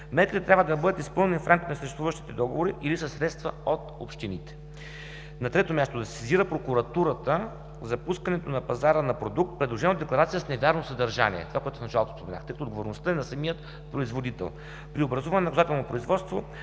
Мерките трябва да бъдат изпълнени в рамките на съществуващите договори или със средства от общините. На трето място, да се сезира прокуратурата за пускането на пазара на продукт, придружен от декларация с невярно съдържание – това, което казах в началото – че отговорността е на самия производител. При образуване на наказателно производство,